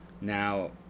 Now